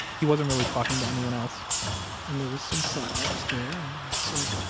he wasn't really talking to anyone else and there was some silence there, and i said,